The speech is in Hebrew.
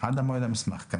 עד למועד המסמך.